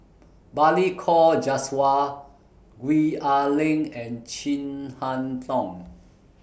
Balli Kaur Jaswal Gwee Ah Leng and Chin Harn Tong